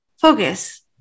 focus